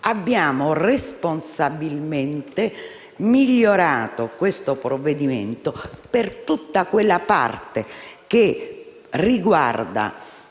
Abbiamo responsabilmente migliorato questo provvedimento per tutta la parte riguardante